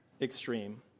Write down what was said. extreme